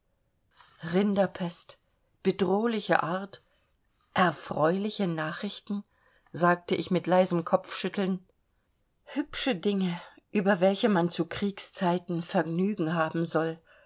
rinderpest bedrohliche art erfreuliche nachrichten sagte ich mit leisem kopfschütteln hübsche dinge über welche man zu kriegszeiten vergnügen haben soll